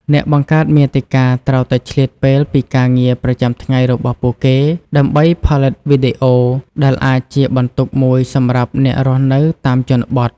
អ្នកបង្កើតមាតិកាត្រូវតែឆ្លៀតពេលពីការងារប្រចាំថ្ងៃរបស់ពួកគេ ដើម្បីផលិតវីដេអូ ដែលអាចជាបន្ទុកមួយសម្រាប់អ្នករស់នៅតាមជនបទ។